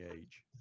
age